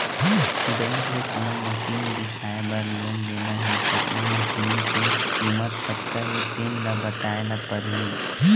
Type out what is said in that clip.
bank ले कोनो machine बिसाए बर लोन लेना हे त ओ मसीनी के कीमत कतका हे तेन ल बताए ल परही